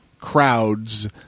crowds